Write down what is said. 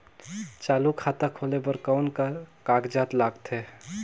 चालू खाता खोले बर कौन का कागजात लगथे?